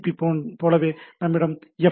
B ஐப் போலவே நம்மிடம் எஃப்